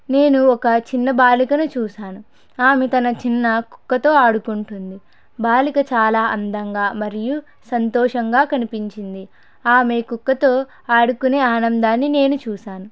నేను ఒక చిన్న బాలికను చూశాను ఆమె తన చిన్న కుక్కతో ఆడుకుంటుంది బాలిక చాలా అందంగా మరియు సంతోషంగా కనిపించింది ఆమె కుక్కతో ఆడుకొనే ఆనందాన్ని నేను చూశాను